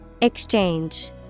Exchange